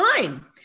time